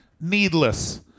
Needless